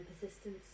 persistence